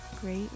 great